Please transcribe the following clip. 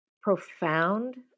profound